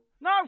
no